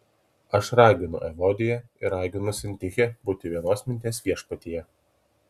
aš raginu evodiją ir raginu sintichę būti vienos minties viešpatyje